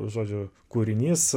žodžiu kūrinys